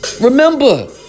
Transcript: Remember